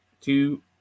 two